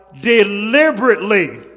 deliberately